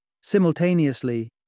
Simultaneously